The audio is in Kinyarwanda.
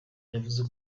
yavuze